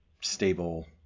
stable